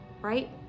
right